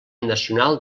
nacional